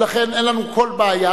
ולכן אין לנו כל בעיה,